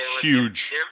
Huge